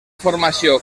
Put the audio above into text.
formació